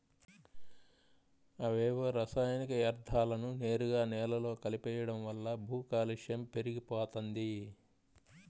అవేవో రసాయనిక యర్థాలను నేరుగా నేలలో కలిపెయ్యడం వల్ల భూకాలుష్యం పెరిగిపోతంది